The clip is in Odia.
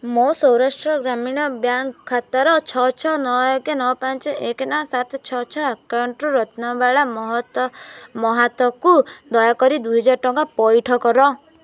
ମୋ ସୌରାଷ୍ଟ୍ର ଗ୍ରାମୀଣ ବ୍ୟାଙ୍କ ଖାତାର ଛଅ ଛଅ ନଅ ଏକ ନଅ ପାଞ୍ଚ ଏକ ନଅ ସାତ ଛଅ ଛଅ ଆକାଉଣ୍ଟରୁ ରତ୍ନବାଳା ମହତ ମହାତକୁ ଦୟାକରି ଦୁଇ ହଜାର ଟଙ୍କା ପଇଠ କର